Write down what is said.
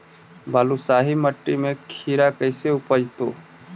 बालुसाहि मट्टी में खिरा कैसे उपजतै?